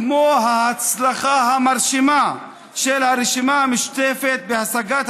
כמו ההצלחה המרשימה של הרשימה המשותפת בהשגת